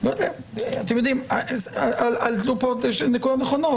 -- עלו פה נקודות נכונות.